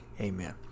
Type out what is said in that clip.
amen